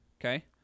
Okay